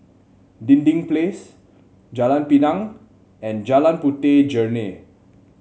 Dinding Place Jalan Pinang and Jalan Puteh Jerneh